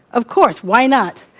of course. why not?